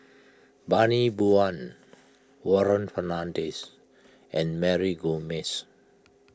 Bani Buang Warren Fernandez and Mary Gomes